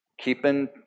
keeping